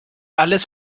alles